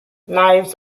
knives